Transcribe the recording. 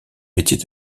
métier